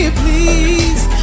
please